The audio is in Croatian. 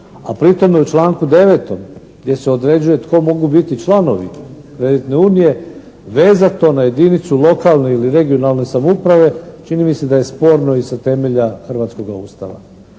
A pri tome u članku 9. gdje se određuje tko mogu biti članovi kreditne unije vezato na jedinicu ili regionalne samouprave. Čini mi se da je sporno i sa temelja hrvatskoga Ustava,